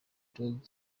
dogg